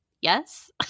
Yes